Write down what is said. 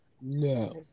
No